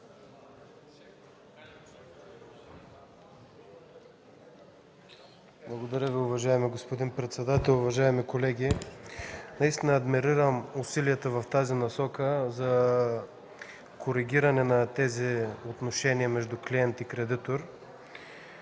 Благодаря Ви, уважаеми господин председател. Уважаеми колеги, адмирирам усилията в тази насока за коригиране на отношенията между клиент и кредитор.